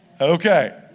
Okay